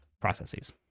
processes